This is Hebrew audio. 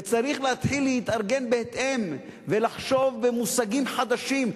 וצריך להתחיל להתארגן בהתאם ולחשוב במושגים חדשים.